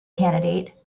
candidate